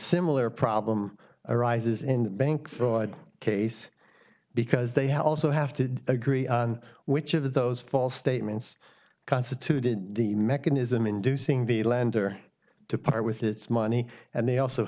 similar problem arises in the bank fraud case because they also have to agree on which of those false statements constituted the mechanism inducing the lender to part with its money and they also